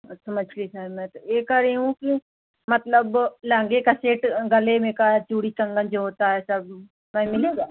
अच्छा मै ठीक है मैं त ये कह रही हूँ कि मतलब लहंगे का सेट गले में का चूड़ी कंगन जो होता है सब में मिलेगा